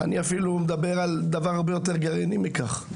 אני אפילו מדבר על דבר הרבה יותר גרעיני מכך.